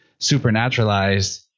supernaturalized